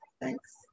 thanks